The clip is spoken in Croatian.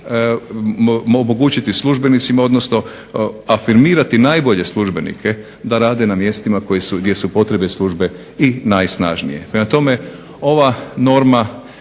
omogućiti službenicima, odnosno afirmirati najbolje službenike da rade na mjestima gdje su potrebe službe i najsnažnije. Prema tome ova norma